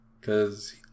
Cause